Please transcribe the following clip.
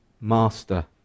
master